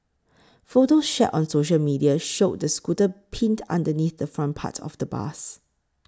photos shared on social media showed the scooter pinned underneath the front part of the bus